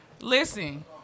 Listen